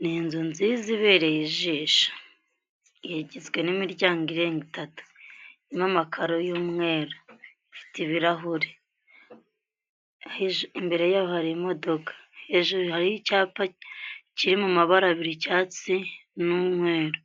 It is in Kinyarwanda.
Ni inzu nziza ibereye ijisho Igizwe n'imiryango irenga itatu irimo amakaro y'umweru ifite ibirahuri imbere yayo hari imodoka hejuru hariho icyapa kiri mu mabara abiri y'icyatsi n'umweru